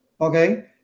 okay